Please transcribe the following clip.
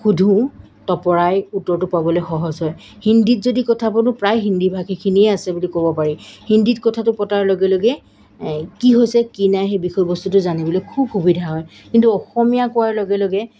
সুধো তপৰাই উত্তৰটো পাবলৈ সহজ হয় হিন্দীত যদি কথা পতো প্ৰায় হিন্দী ভাষীখিনিয়ে আছে বুলি ক'ব পাৰি হিন্দীত কথাটো পতাৰ লগে লগে এই কি হৈছে কি নাই সেই বিষয়বস্তুটো জানিবলৈ খুব সুবিধা হয় কিন্তু অসমীয়া কোৱাৰ লগে লগে